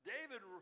David